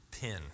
pin